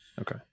okay